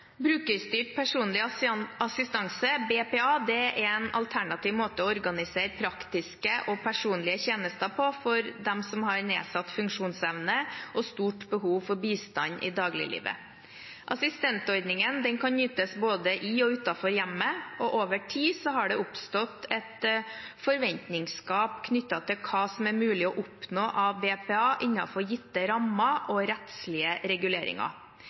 Brukerstyrt personlig assistanse, BPA, er en alternativ måte å organisere praktiske og personlige tjenester på for dem som har nedsatt funksjonsevne og stort behov for bistand i dagliglivet. Assistentordningen kan ytes både i og utenfor hjemmet, og over tid har det oppstått et forventningsgap knyttet til hva som er mulig å oppnå av BPA innenfor gitte rammer og rettslige reguleringer.